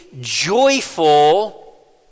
joyful